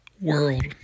world